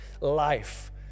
life